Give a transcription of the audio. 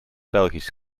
belgisch